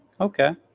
Okay